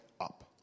up